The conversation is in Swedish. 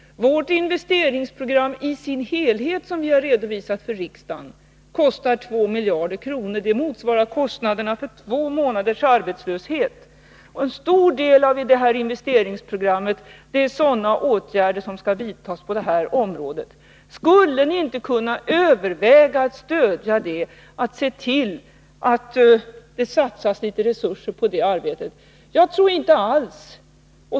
Vårt investeringsprogram i sin helhet, som vi har redovisat för riksdagen, kostar 2 miljarder kronor. Det motsvarar kostnaderna för två månaders arbetslöshet, och en stor del av det investeringsprogrammet avser sådana åtgärder som skall vidtas på det här området. Skulle ni inte kunna överväga att stödja det och se till att det satsas litet resurser på det arbetet?